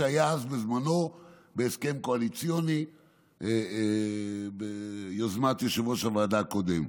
שהיה אז בזמנו בהסכם קואליציוני ביוזמת יושב-ראש הוועדה הקודם.